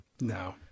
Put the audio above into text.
No